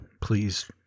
please